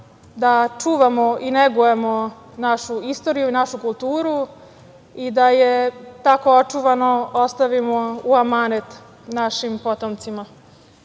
da čuvamo i negujemo našu istoriju i našu kulturu i da je tako očuvanu ostavimo u amanet našim potomcima. Uvažena